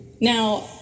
Now